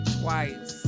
twice